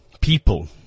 people